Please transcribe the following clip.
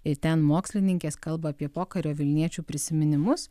ir ten mokslininkės kalba apie pokario vilniečių prisiminimus